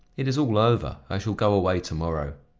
it is all over i shall go away to-morrow.